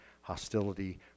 hostility